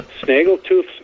Snaggletooth